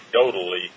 anecdotally